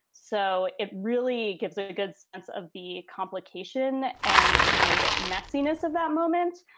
so it really gives it a good sense of the complication and the messiness of that moment.